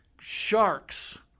sharks